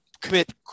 commit